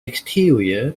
exterior